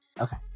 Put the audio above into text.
okay